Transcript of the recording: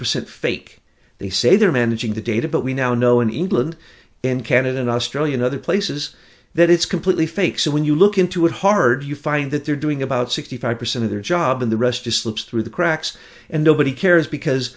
percent fake they say they're managing the data but we now know in england and canada and australia and other places that it's completely fake so when you look into it hard you find that they're doing about sixty five percent of their job and the rest is slips through the cracks and nobody cares because